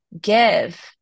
give